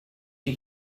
you